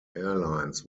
airlines